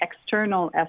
external